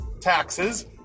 taxes